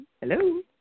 Hello